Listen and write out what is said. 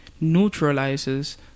neutralizes